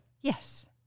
Yes